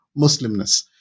Muslimness